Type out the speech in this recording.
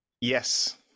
Yes